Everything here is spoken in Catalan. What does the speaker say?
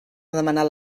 demanar